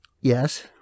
Yes